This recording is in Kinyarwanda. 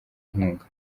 inkunga